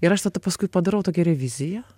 ir aš tada paskui padarau tokią reviziją